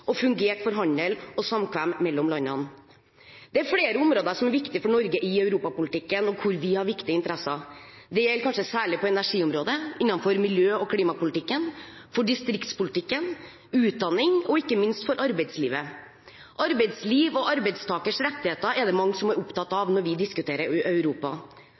og har fungert for handel og samkvem mellom landene. Det er flere områder som er viktige for Norge i europapolitikken, og hvor vi har viktige interesser. Det gjelder kanskje særlig på energiområdet, innenfor miljø- og klimapolitikken, for distriktspolitikken, utdanning og ikke minst for arbeidslivet. Arbeidsliv og arbeidstakers rettigheter er det mange som er opptatt av når vi diskuterer Europa.